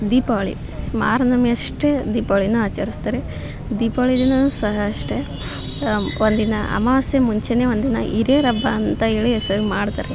ದೀಪಾವಳಿ ಮಾರ್ನಮಿ ಅಷ್ಟೇ ದೀಪಾವಳಿನ ಆಚರಿಸ್ತಾರೆ ದೀಪಾವಳಿ ದಿನನೂ ಸಹ ಅಷ್ಟೆ ಒಂದಿನ ಅಮಾವಾಸ್ಯೆ ಮುಂಚೆಯೇ ಒಂದಿನ ಹಿರೇರ್ ಹಬ್ಬ ಅಂತ ಹೇಳಿ ಮಾಡ್ತಾರೆ